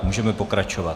Můžeme pokračovat.